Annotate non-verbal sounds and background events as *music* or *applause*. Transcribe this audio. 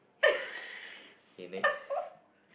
*laughs* siao